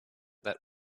that